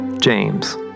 James